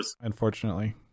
unfortunately